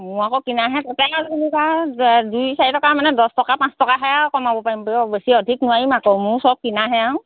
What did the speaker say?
মোৰ আকৌ কিনাহে তেনেকৈ যেনিবা আৰু দুই চাৰি টকা মানে দহ টকা পাঁচ টকাহে আৰু কমাব পাৰিম বাৰু বেছি অধিক নোৱাৰিম আকৌ মোৰ চব কিনাহে আৰু